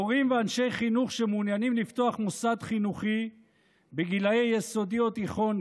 הורים ואנשי חינוך שמעוניינים לפתוח מוסד חינוכי לגיל יסודי או תיכון,